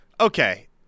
Okay